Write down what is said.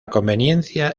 conveniencia